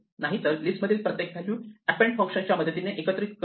नाहीतर लिस्ट मधील प्रत्येक व्हॅल्यू अॅपेंड फंक्शन च्या मदतीने एकत्रित करत करतो